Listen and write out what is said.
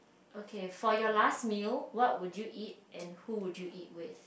okay for your last meal what would you eat and who would you eat with